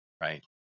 right